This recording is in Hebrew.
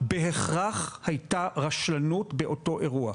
בהכרח הייתה רשלנות באותו אירוע.